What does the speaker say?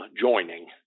joining